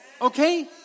okay